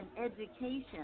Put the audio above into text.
education